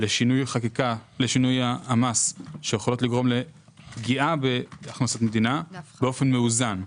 לשינוי המס שיכולות לגרום לפגיעה בהכנסות המדינה באופן מאוזן.